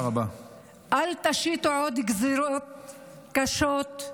אל תשיתו עוד גזרות קשות,